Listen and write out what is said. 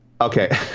okay